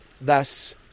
thus